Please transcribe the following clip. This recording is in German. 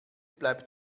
bleibt